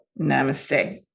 namaste